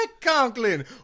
Conklin